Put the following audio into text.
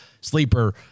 sleeper